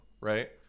Right